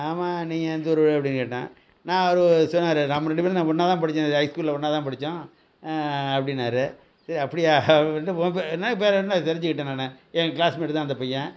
ஆமாம் நீங்கள் எந்த ஊர் அப்படின்னு கேட்டேன் நான் ரு சிவனார் நாம் ரெண்டு பேரும் ந ஒன்றா தான் படித்தோம் இது ஹை ஸ்கூலில் ஒன்றா தான் படித்தோம் அப்படின்னாரு இது அப்படியா அப்படின்னு சொல்லிட்டு உன் பே என்ன பேர் என்ன தெரிஞ்சுக்கிட்டேன் நான் என் க்ளாஸ்மேட்டு தான் அந்த பையன்